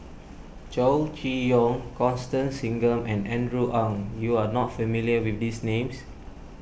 Chow Chee Yong Constance Singam and Andrew Ang you are not familiar with these names